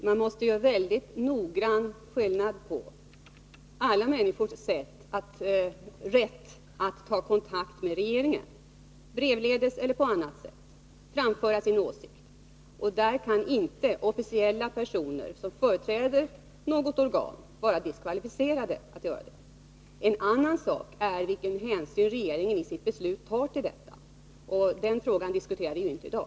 Herr talman! Man måste mycket noggrant understryka alla människors rätt att ta kontakt med regeringen, brevledes eller på annat sätt, och framföra sin åsikt. Officiella personer som företräder något organ kan inte vara diskvalificerade att göra detta. En annan sak är vilken hänsyn regeringen ii sitt beslut tar till dessa åsikter, men den frågan diskuterar vi inte i dag.